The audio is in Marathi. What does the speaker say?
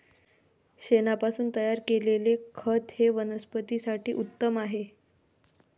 शेणापासून तयार केलेले खत हे वनस्पतीं साठी उत्तम आहे